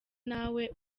nawe